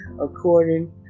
according